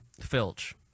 Filch